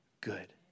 good